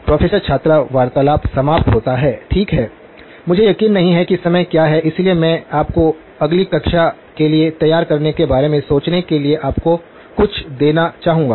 professor छात्र वार्तालाप समाप्त होता है ठीक है मुझे यकीन नहीं है कि समय क्या है इसलिए मैं आपको अगली कक्षा के लिए तैयार करने के बारे में सोचने के लिए आपको कुछ देना चाहूंगा